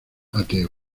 ateo